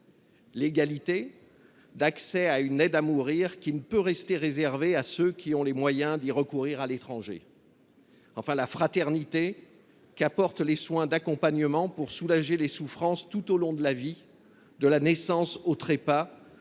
l’égalité d’accès à une aide à mourir, qui ne peut être réservée à ceux qui ont les moyens d’y recourir à l’étranger. Nous défendons enfin la fraternité qu’apportent les soins d’accompagnement pour soulager les souffrances tout au long de la vie, de la naissance au trépas,